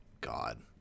God